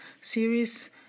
series